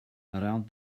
around